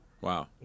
Wow